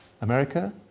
America